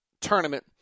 tournament